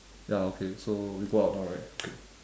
ya okay so we go out now right okay